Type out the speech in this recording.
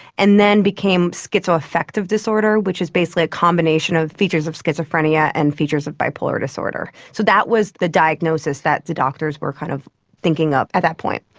and then became schizoaffective disorder, which is basically a combination of features of schizophrenia and features of bipolar disorder. so that was the diagnosis that the doctors were kind of thinking of at that point.